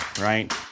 right